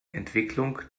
entwicklung